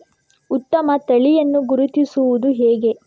ಉತ್ತಮ ತಳಿಯನ್ನು ಗುರುತಿಸುವುದು ಹೇಗೆ?